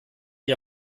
ihr